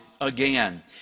again